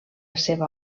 seva